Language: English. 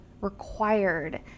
required